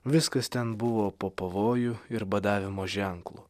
viskas ten buvo po pavojų ir badavimo ženklu